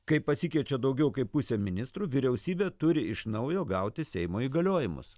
kai pasikeičia daugiau kaip pusė ministrų vyriausybė turi iš naujo gauti seimo įgaliojimus